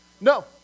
No